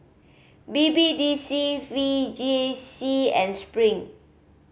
B B D C V J I C and Spring